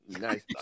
Nice